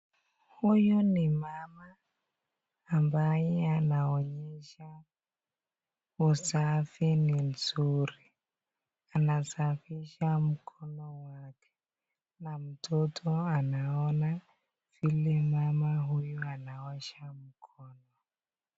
Huyu ni mama ambaye anaonyesah usafi ni nzuri, anasafisha mkono wake na mtoto anaona vile mama huyu anaosha mkono.